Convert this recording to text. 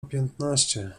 piętnaście